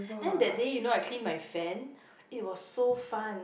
and that day you know I clean my fan it was so fun